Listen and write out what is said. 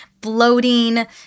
bloating